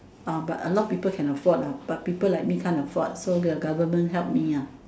but a lot of people can afford lah but people like me can't afford so the government help me